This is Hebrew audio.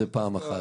זה פעם אחת.